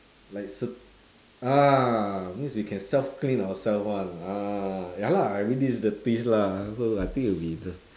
like cer~ ah means we can self clean ourself [one] ah ya lah everyday is dirty lah so I think it'll be